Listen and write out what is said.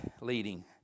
leading